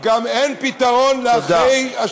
גם אין פתרון לאחרי, תודה.